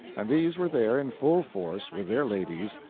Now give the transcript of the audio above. and these were there in full force, with their ladies.